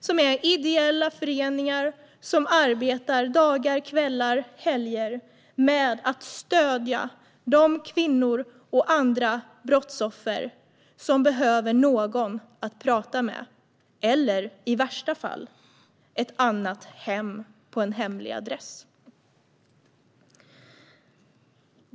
Det är ideella föreningar där man arbetar dagar, kvällar och helger med att stödja de kvinnor och andra brottsoffer som behöver någon att prata med - eller i värsta fall ett annat hem på en hemlig adress.